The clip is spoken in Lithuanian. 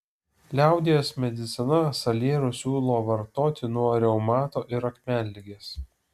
liaudies medicina salierus siūlo vartoti nuo reumato ir akmenligės